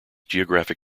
geographic